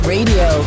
Radio